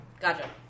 Gotcha